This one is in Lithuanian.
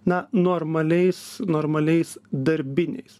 na normaliais normaliais darbiniais